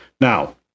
Now